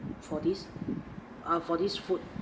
for this uh for this food